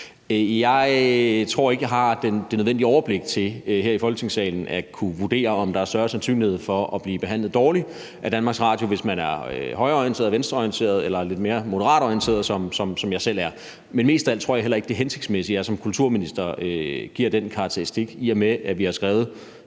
Jeg tror ikke, jeg har det nødvendige overblik til her i Folketingssalen at kunne vurdere, om der er større sandsynlighed for at blive behandlet dårligt af DR, hvis man er højreorienteret, i forhold til hvis man er venstreorienteret eller lidt mere moderatorienteret, som jeg selv er. Men mest af alt tror jeg heller ikke, det er hensigtsmæssigt som kulturminister at give den karakteristik, i og med at vi har skrevet